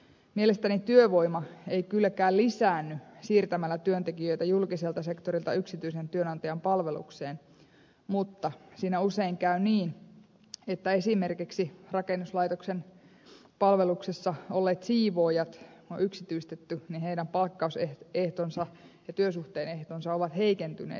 mielestäni työvoima ei kylläkään lisäänny siirtämällä työntekijöitä julkiselta sektorilta yksityisen työnantajan palvelukseen mutta siinä usein käy niin että kun esimerkiksi rakennuslaitoksen palveluksessa olleet siivoojat on yksityistetty heidän palkkausehtonsa ja työsuhteensa ehdot ovat heikentyneet